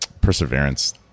Perseverance